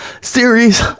series